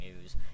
news